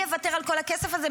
מי יוותר על כל הכסף הזה?